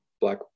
black